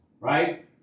right